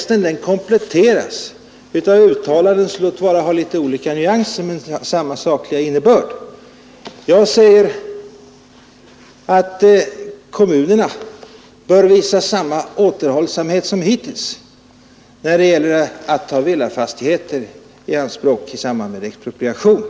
Denna lagtext kompletteras av uttalanden som visserligen har något olika nyanser men samma sakliga innebörd. Jag har sagt att kommunerna bör visa samma återhållsamhet som hittills när det gäller att ta i anspråk villafastigheter i samband med expropriation.